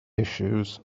issues